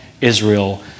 Israel